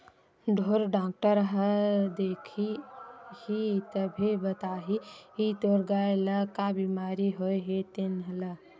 ढ़ोर डॉक्टर ह देखही तभे बताही तोर गाय ल का बिमारी होय हे तेन ल